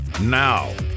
Now